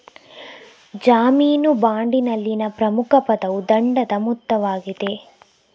ಜಾಮೀನು ಬಾಂಡಿನಲ್ಲಿನ ಪ್ರಮುಖ ಪದವು ದಂಡದ ಮೊತ್ತವಾಗಿದೆ